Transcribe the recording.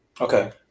okay